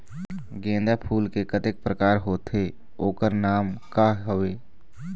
गेंदा फूल के कतेक प्रकार होथे ओकर नाम का हवे?